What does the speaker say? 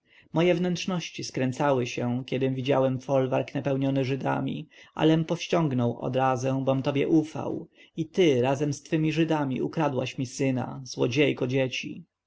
moje wnętrzności skręcały się kiedy widziałem folwark napełniony żydami alem powściągnął odrazę bom tobie ufał i ty razem z twymi żydami ukradłaś mi syna złodziejko dzieci